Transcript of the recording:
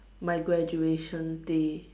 my graduation day